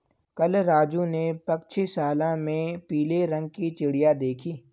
कल राजू ने पक्षीशाला में पीले रंग की चिड़िया देखी